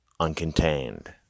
uncontained